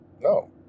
No